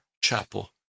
Chapel